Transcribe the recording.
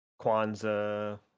Kwanzaa